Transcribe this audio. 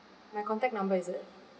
my contact number is it